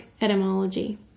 etymology